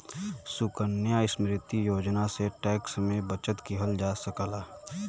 सुकन्या समृद्धि योजना से टैक्स में बचत किहल जा सकला